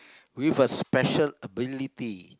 with a special ability